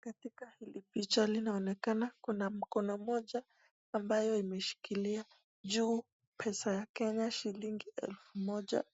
Katika hili picha linaonekana kuna mkono moja ambayo imeshikilia juu pesa ya Kenya shilingi elfu moja